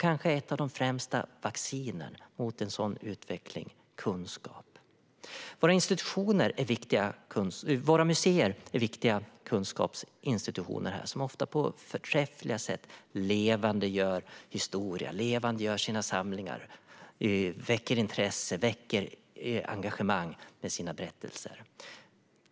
Kanske ett av de främsta vaccinen mot en sådan utveckling är kunskap. Våra museer är viktiga kunskapsinstitutioner, som ofta på förträffliga sätt levandegör historia och levandegör sina samlingar. De väcker intresse och engagemang med sina berättelser.